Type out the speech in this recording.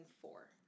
four